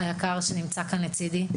שנמצא כאן לצידי.